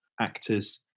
actors